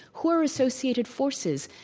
who are associated forces?